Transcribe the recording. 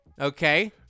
okay